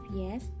yes